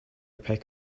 peck